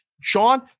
Sean